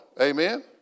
Amen